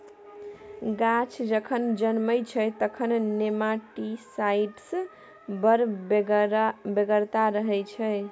गाछ जखन जनमय छै तखन नेमाटीसाइड्सक बड़ बेगरता रहय छै